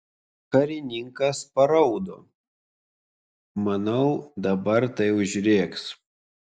karininkas paraudo manau dabar tai užrėks